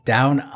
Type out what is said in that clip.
Down